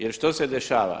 Jer što se dešava?